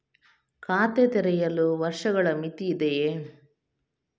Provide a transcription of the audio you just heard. ಖಾತೆ ತೆರೆಯಲು ವರ್ಷಗಳ ಮಿತಿ ಇದೆಯೇ?